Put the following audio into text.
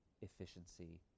efficiency